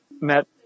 met